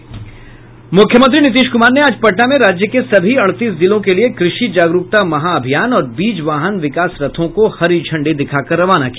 मुख्यमंत्री नीतीश कुमार ने आज पटना में राज्य के सभी अड़तीस जिलों के लिए कृषि जागरूकता महाअमियान और बीज वाहन विकास रथों को हरी झंडी दिखाकर रवाना किया